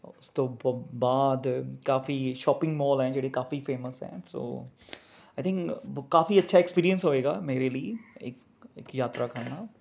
ਉਸ ਤੋਂ ਬ ਬਾਅਦ ਕਾਫੀ ਸ਼ੋਪਿੰਗ ਮੋਲ ਹੈ ਜਿਹੜੇ ਕਾਫੀ ਫੇਮਸ ਹੈ ਸੌ ਆਈ ਥਿੰਕ ਕਾਫੀ ਅੱਛਾ ਐਕਸਪੀਰੀਐਂਸ ਹੋਵੇਗਾ ਮੇਰੇ ਲਈ ਇੱਕ ਇੱਕ ਯਾਤਰਾ ਕਰਨਾ